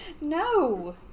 No